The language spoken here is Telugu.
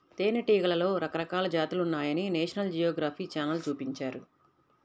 తేనెటీగలలో రకరకాల జాతులున్నాయని నేషనల్ జియోగ్రఫీ ఛానల్ చూపించారు